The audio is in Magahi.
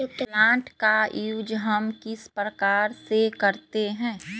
प्लांट का यूज हम किस प्रकार से करते हैं?